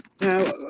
now